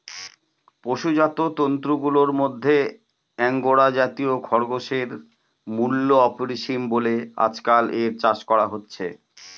পশুজাত তন্তুগুলার মধ্যে আঙ্গোরা জাতীয় খরগোশের মূল্য অপরিসীম বলে আজকাল এর চাষ করা হচ্ছে